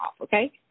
okay